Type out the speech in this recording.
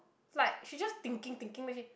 like she just thinking thinking then she